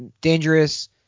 dangerous